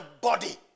body